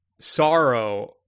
sorrow